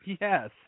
Yes